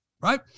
Right